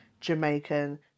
Jamaican